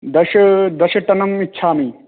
दश दशटनम् इच्छामि